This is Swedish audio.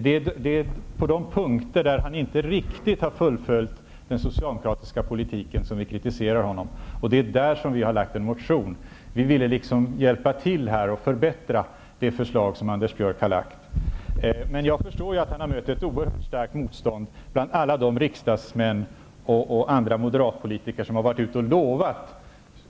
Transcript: Det är på de punkter där han inte riktigt har fullföljt den socialdemokratiska politiken som vi kritiserar honom, och det är där som vi har väckt en motion. Vi ville hjälpa till och förbättra det förslag som Anders Björck har lagt fram. Men jag förstår att han har mött ett oerhört starkt motstånd bland alla de riksdagsmän och andra moderatpolitiker som har varit ute och lovat